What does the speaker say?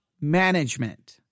management